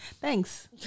Thanks